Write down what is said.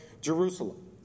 Jerusalem